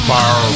Bar